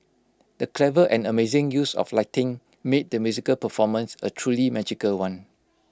the clever and amazing use of lighting made the musical performance A truly magical one